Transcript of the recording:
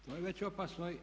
To je već opasno.